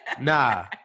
Nah